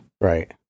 Right